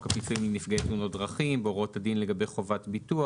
הפיצויים לנפגעי תאונות דרכים והוראות הדין לגבי חובת ביטוח.